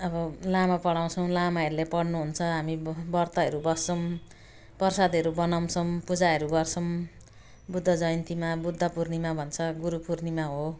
अब लामा पढाउँछौँ लामाहरूले पढ्नु हुन्छ हामी व्रतहरू बस्छौँ प्रसादहरू बनाउँछौँ पूजाहरू गर्छौँ बुद्ध जयन्तीमा बुद्ध पूर्णिमा भन्छ गुरु पूर्णिमा हो